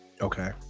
Okay